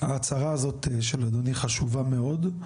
ההצהרה של אדוני חשובה מאוד,